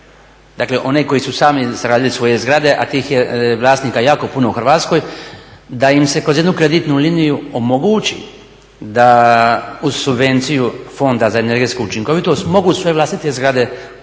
dakle one koji su sami radili svoje zgrade, a tih je vlasnika jako puno u Hrvatskoj, da im se kroz jednu kreditnu liniju omogući da uz subvenciju fonda za energetsku učinkovitost mogu svoje vlastite zgrade uređivati